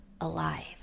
alive